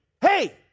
Hey